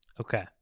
Okay